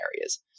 areas